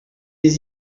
des